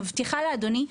מבטיחה לאדוני,